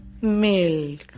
milk